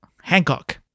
Hancock